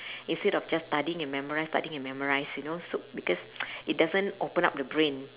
instead of just studying and memorise studying and memorise you know so because it doesn't open up the brain